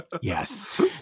Yes